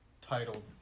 titled